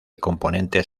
componentes